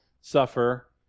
suffer